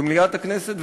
במליאת הכנסת,